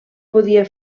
podia